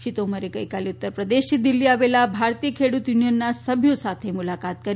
શ્રી તોમરે ગઇકાલે ઉત્તર પ્રદેશથી દિલ્ફી આવેલા ભારતીય ખેડૂત યુનિયનના સભ્યો સાથે મુલાકાત કરી